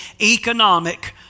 economic